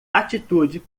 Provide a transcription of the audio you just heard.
atitude